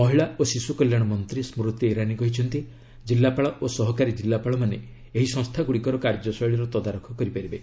ମହିଳା ଓ ଶିଶୁ କଲ୍ୟାଣ ମନ୍ତ୍ରୀ ସ୍କୁତି ଇରାନୀ କହିଛନ୍ତି ଜିଲ୍ଲାପାଳ ଓ ସହକାରୀ ଜିଲ୍ଲାପାଳମାନେ ଏହି ସଂସ୍ଥାଗୁଡ଼ିକର କାର୍ଯ୍ୟଶୈଳୀର ତଦାରଖ କରିପାରିବେ